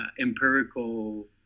empirical